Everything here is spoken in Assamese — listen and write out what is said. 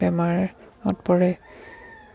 বেমাৰত পৰে